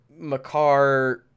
McCarr